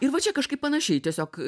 ir va čia kažkaip panašiai tiesiog